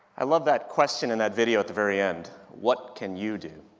i love that question in that video at the very end, what can you do?